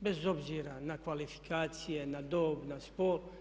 bez obzira na kvalifikacije, na dob, na spol.